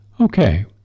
Okay